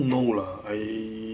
for now no lah I